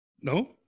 No